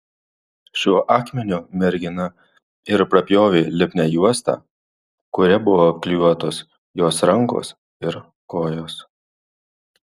šiuo akmeniu mergina ir prapjovė lipnią juostą kuria buvo apklijuotos jos rankos ir kojos